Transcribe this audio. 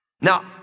Now